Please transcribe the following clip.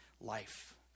life